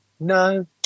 No